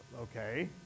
okay